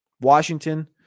Washington